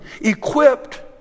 equipped